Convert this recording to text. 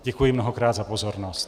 Děkuji mnohokrát za pozornost.